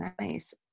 nice